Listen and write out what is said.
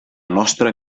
nostra